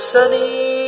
Sunny